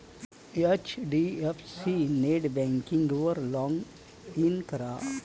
HDFC नेटबँकिंगवर log in करा